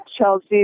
Chelsea